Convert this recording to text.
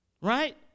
Right